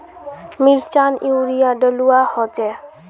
मिर्चान यूरिया डलुआ होचे?